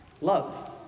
Love